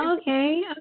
Okay